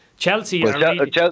Chelsea